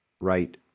right